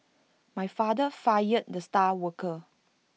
my father fired the star worker